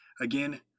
again